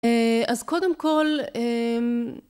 אז קודם כל